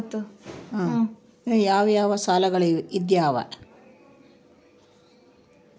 ಇನ್ನು ಯಾವ ಯಾವ ಸಾಲಗಳು ಇದಾವೆ?